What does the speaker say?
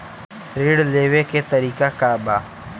ऋण लेवे के तरीका का बा?